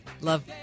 love